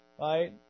right